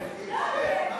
לא.